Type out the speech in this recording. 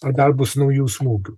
ar dar bus naujų smūgių